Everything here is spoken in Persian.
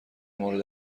مورد